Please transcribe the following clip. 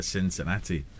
Cincinnati